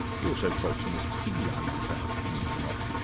he also quotes miss piggy, i might add, and why not?